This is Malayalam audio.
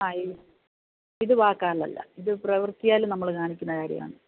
ആ ഇത് വാക്കാലല്ല ഇത് പ്രവർത്തിയാൽ നമ്മള് കാണിക്കുന്ന കാര്യമാണ്